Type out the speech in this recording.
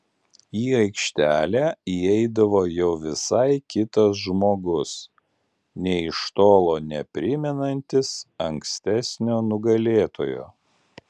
į aikštelę įeidavo jau visai kitas žmogus nė iš tolo neprimenantis ankstesnio nugalėtojo